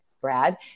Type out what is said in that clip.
Brad